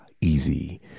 easy